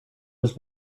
was